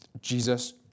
Jesus